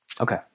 Okay